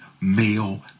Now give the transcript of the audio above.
male